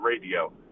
radio